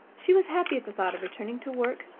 she was happy at the thought of returning to work,